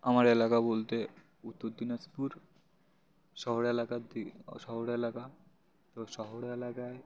আমার এলাকা বলতে উত্তর দিনাজপুর শহর এলাকার দিকে শহর এলাকা তো শহর এলাকায়